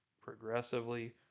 Progressively